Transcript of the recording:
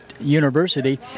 University